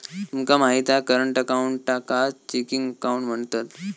तुमका माहित हा करंट अकाऊंटकाच चेकिंग अकाउंट म्हणतत